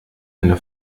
eine